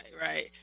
right